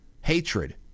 hatred